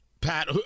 Pat